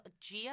Gia